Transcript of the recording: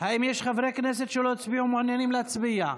האם יש חברי כנסת שלא הצביעו ומעוניינים להצביע?